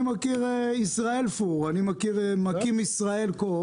אני מקים ישראל פור,